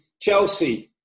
Chelsea